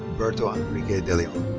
roberto enqrique deleon.